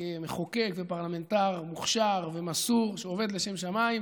כמחוקק ופרלמנטר מוכשר ומסור שעובד לשם שמיים.